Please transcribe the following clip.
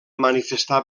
manifestar